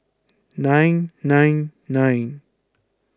nine nine nine